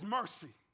mercy